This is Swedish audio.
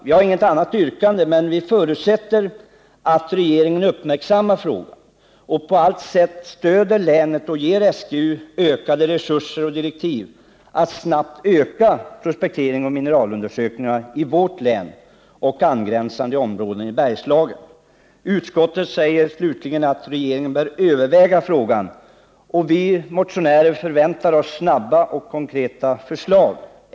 Jag har inget annat yrkande än utskottet, men vi förutsätter att regeringen uppmärksammar frågan och på allt sätt stöder länet och ger SGU både resurser och direktiv för att snabbt öka prospekteringsoch mineralundersökningarna i vårt län och angränsande områden i Bergslagen. Utskottet säger slutligen att regeringen bör överväga frågan, och vi motionärer förväntar oss snara och konkreta förslag.